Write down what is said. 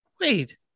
Wait